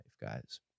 guys